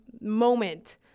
moment